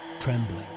trembling